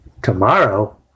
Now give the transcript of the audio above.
Tomorrow